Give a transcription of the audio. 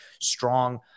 strong